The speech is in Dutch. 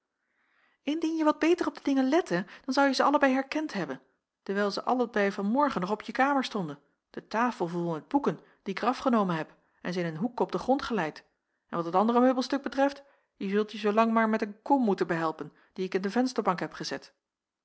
indien je wat beter op de dingen lette dan zouje ze allebei herkend hebben dewijl ze allebei van morgen nog op je kamer stonden de tafel vol met boeken die ik er af genomen heb en ze in een hoek op den grond geleid en wat het andere meubelstuk betreft je zult je zoolang maar met een kom moeten behelpen die ik in de vensterbank heb gezet